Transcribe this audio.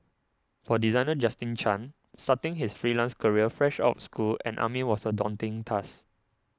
for designer Justin Chan starting his freelance career fresh out school and army was a daunting task